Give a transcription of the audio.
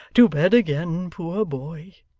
to bed again, poor boy